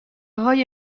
های